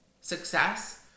success